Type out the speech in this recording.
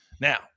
Now